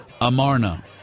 Amarna